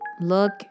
Look